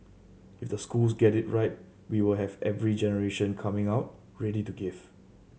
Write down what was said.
if the schools get it right we will have every generation coming out ready to give